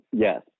Yes